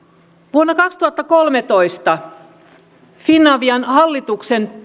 vuonna kaksituhattakolmetoista finavian hallituksen